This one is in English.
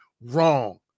wrong